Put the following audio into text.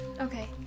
Okay